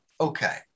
Okay